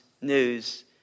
News